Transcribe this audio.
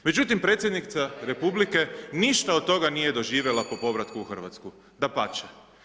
Međutim, predsjednica RH ništa od toga nije doživjela po povratku u Hrvatsku, dapače.